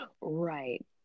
Right